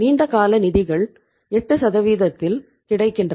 நீண்ட கால நிதிகள் 8 விகிதத்தில் கிடைக்கின்றன